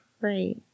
right